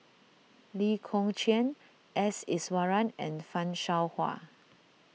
Lee Kong Chian S Iswaran and Fan Shao Hua